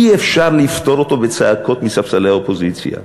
אי-אפשר לפתור אותו בצעקות מספסלי האופוזיציה.